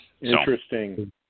Interesting